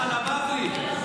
חנה בבלי.